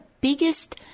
biggest